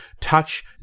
Touch